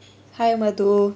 hi madhu